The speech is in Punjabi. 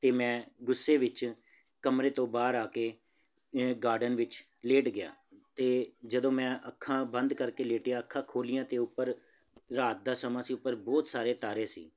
ਅਤੇ ਮੈਂ ਗੁੱਸੇ ਵਿੱਚ ਕਮਰੇ ਤੋਂ ਬਾਹਰ ਆ ਕੇ ਗਾਰਡਨ ਵਿੱਚ ਲੇਟ ਗਿਆ ਅਤੇ ਜਦੋਂ ਮੈਂ ਅੱਖਾਂ ਬੰਦ ਕਰਕੇ ਲੇਟਿਆ ਅੱਖਾਂ ਖੋਲ੍ਹੀਆਂ ਦੇ ਉੱਪਰ ਰਾਤ ਦਾ ਸਮਾਂ ਸੀ ਉੱਪਰ ਬਹੁਤ ਸਾਰੇ ਤਾਰੇ ਸੀ